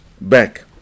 back